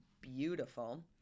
beautiful